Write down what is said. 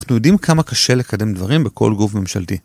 אנחנו יודעים כמה קשה לקדם דברים בכל גוף ממשלתי.